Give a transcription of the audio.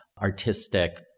artistic